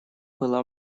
была